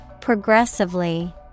Progressively